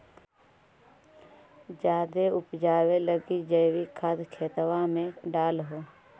जायदे उपजाबे लगी जैवीक खाद खेतबा मे डाल हो?